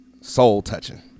soul-touching